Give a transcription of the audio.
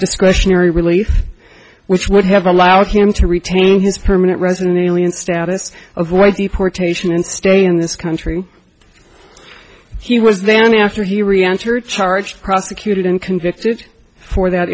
discretionary relief which would have allowed him to retain his permanent resident alien status avoid deportation and stay in this country he was then after he reactor charged prosecuted and convicted for that